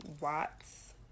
watts